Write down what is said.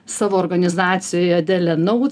savo organizacijoj adelė notes